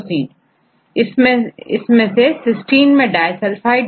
इनमें से एक डाईसल्फाइड बॉन्ड बनाता है वह कौन सा एमिनो एसिड है